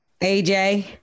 AJ